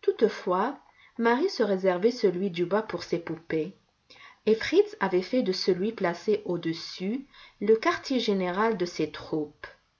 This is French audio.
toutefois marie se réservait celui du bas pour ses poupées et fritz avait fait de celui placé au-dessus le quartier général de ses troupes